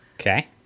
Okay